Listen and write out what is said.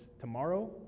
tomorrow